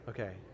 Okay